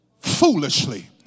foolishly